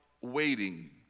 waiting